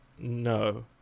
no